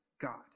God